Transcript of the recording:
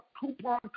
coupon